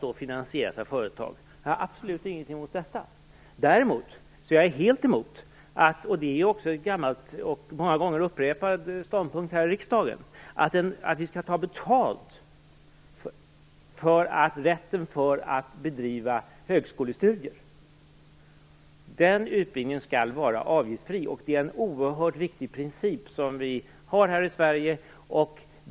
De finansieras ofta av företag. Jag har absolut inte någonting emot det. Däremot är jag helt emot att man skall betala för att bedriva högskolestudier. Det är en ståndpunkt som har upprepats flera gånger här i riksdagen. Den utbildningen skall vara avgiftsfri. Det är en oerhört viktig princip som vi har här i Sverige.